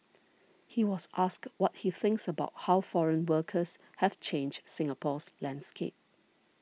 he was asked what he thinks about how foreign workers have changed Singapore's landscape